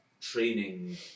training